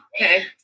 Okay